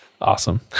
Awesome